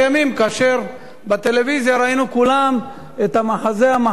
כאשר ראינו בטלוויזיה את המחזה המחריד